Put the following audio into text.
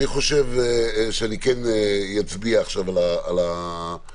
אני חושב שכן אצביע עכשיו על ההצעה.